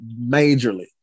majorly